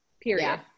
Period